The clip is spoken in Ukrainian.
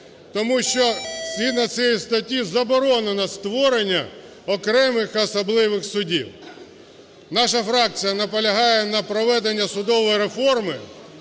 тому що згідно цієї статті заборонено створення окремих особливих судів. Наша фракція наполягає на проведенні судової реформи